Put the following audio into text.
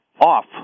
off